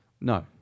no